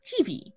tv